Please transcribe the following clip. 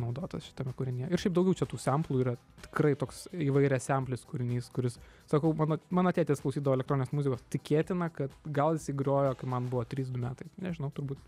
naudotas šitame kūrinyje ir šiaip daugiau čia tų semplų yra tikrai toks įvairiasemplis kūrinys kuris sakau mano mano tėtis klausydavo elektroninės muzikos tikėtina kad gal isai grojo kai man buvo trys du metai nežinau turbūt